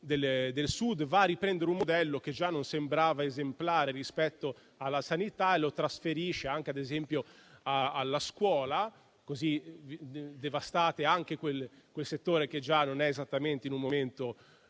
del Sud. Va a riprendere un modello che già non sembrava esemplare rispetto alla sanità e lo trasferisce anche, ad esempio, alla scuola. Così devastate anche quel settore, che già non è esattamente in un momento